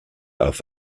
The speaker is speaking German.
auf